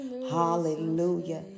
hallelujah